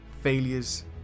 failures